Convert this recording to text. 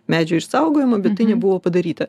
medžių išsaugojimą bet tai nebuvo padaryta